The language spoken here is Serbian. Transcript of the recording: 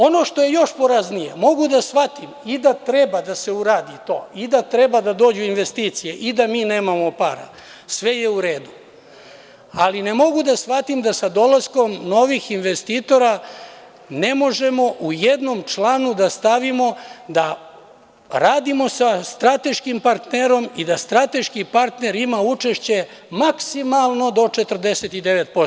Ono što je još poraznije, mogu da shvatim i da treba da se uradi to i da treba da dođu investicije i da mi nemamo para, sve je u redu, ali ne mogu da shvatim da sa dolaskom novih investitora ne možemo u jednom članu da stavimo da radimo sa strateškim partnerom i da strateški partner ima učešće maksimalno do 49%